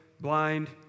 blind